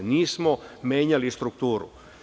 Nismo menjali strukturu.